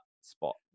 spot